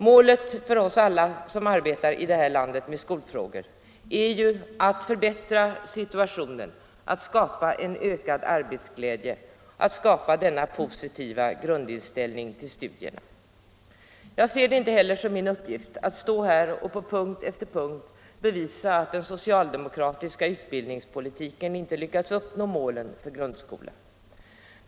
Målet för oss alla som arbetar i det här landet med skolfrågor är ju att förbättra situationen, att skapa en ökad arbetsglädje och hela denna positiva grundinställning till studierna. Jag ser det inte heller som min uppgift att stå här och punkt efter punkt bevisa att den socialdemokratiska utbildningspolitiken inte lyckats uppnå målsättningen för grundskolan.